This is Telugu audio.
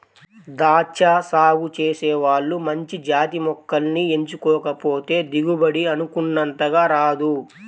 దాచ్చా సాగు చేసే వాళ్ళు మంచి జాతి మొక్కల్ని ఎంచుకోకపోతే దిగుబడి అనుకున్నంతగా రాదు